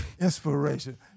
inspiration